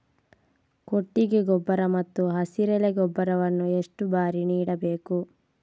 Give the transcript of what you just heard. ಕೊಟ್ಟಿಗೆ ಗೊಬ್ಬರ ಮತ್ತು ಹಸಿರೆಲೆ ಗೊಬ್ಬರವನ್ನು ಎಷ್ಟು ಬಾರಿ ನೀಡಬೇಕು?